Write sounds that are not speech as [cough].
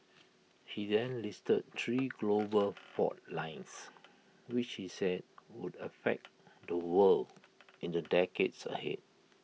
he then listed three [noise] global fault lines which he said would affect the world in the decades ahead